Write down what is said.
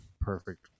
perfect